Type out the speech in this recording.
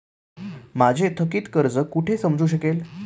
माझे थकीत कर्ज कुठे समजू शकेल?